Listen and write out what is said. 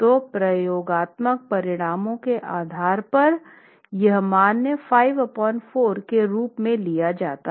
तो प्रयोगात्मक परिणामों के आधार पर यह मान 54 के रूप में लिया जाता है